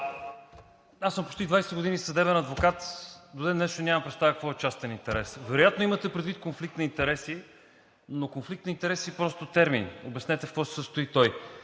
Аз съм почти 20 години съдебен адвокат, до ден днешен нямам представа какво е частен интерес. Вероятно имате предвид конфликт на интереси, но конфликт на интереси е просто термин. Обяснете в какво се състои той?